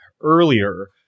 earlier